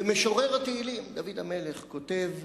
ומשורר תהילים, דוד המלך, כותב: